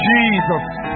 Jesus